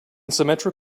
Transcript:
symmetric